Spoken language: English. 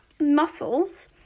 muscles